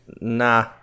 Nah